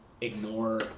ignore